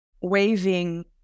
waving